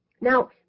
Now